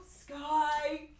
Sky